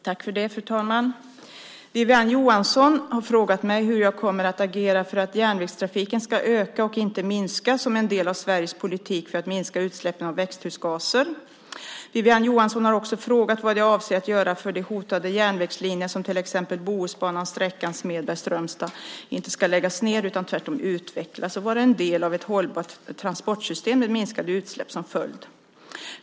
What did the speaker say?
Fru talman! Wiwi-Anne Johansson har frågat mig hur jag kommer att agera för att järnvägstrafiken ska öka och inte minska som en del av Sveriges politik för att minska utsläppen av växthusgaser. Wiwi-Anne Johansson har också frågat vad jag avser att göra för att de hotade järnvägslinjerna som till exempel Bohusbanans sträcka Smedberg-Strömstad inte ska läggas ned utan tvärtom utvecklas och vara en del av ett hållbart transportsystem med minskade utsläpp som följd.